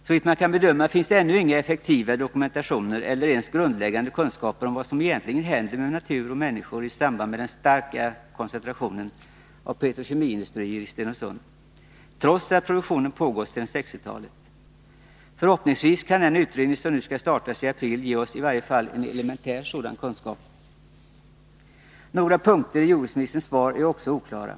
Såvitt man kan bedöma finns ännu ingen effektiv dokumentation eller ens grundläggande kunskap om vad som egentligen händer med natur och människor i samband med den starka koncentrationen av petrokemiindustrier i Stenungsund, trots att produktionen pågått sedan 1960-talet. Förhoppningvis kan den utredning som skall startas i april ge oss i varje fall en elementär sådan kunskap. Några punkter i jordbruksministerns svar är också oklara.